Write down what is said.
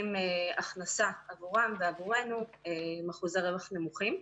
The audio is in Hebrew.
הכנסה עבורם ועבורנו עם אחוזי רווח נמוכים,